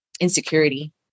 insecurity